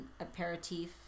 aperitif